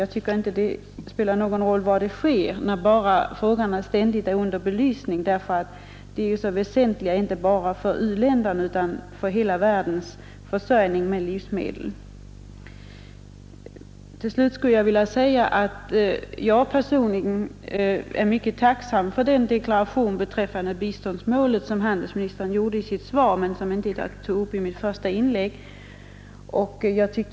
Jag tycker inte att det spelar så stor roll var det sker, bara frågan ständigt är under belysning. Dessa förhandlingar är ju så väsentliga inte bara för u-länderna utan också för hela världens försörjning med livsmedel. Till slut vill jag säga att jag personligen är mycket tacksam för den deklaration beträffande biståndsmålet som handelsministern gjorde i sitt svar men som jag inte tog upp i mitt första inlägg.